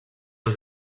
els